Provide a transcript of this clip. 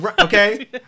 Okay